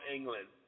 England